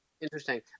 Interesting